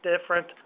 different